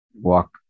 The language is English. walk